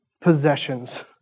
possessions